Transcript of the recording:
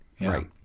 right